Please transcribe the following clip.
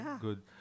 good